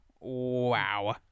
wow